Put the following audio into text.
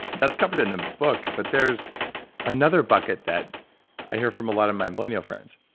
that's covered in the book, but there's another bucket that i hear from a lot of my millennial friends.